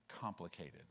complicated